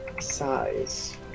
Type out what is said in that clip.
Size